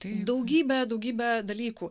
tai daugybę daugybę dalykų